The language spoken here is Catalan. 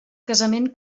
casament